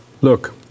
Look